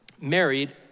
married